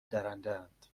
درندهاند